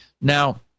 Now